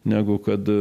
negu kad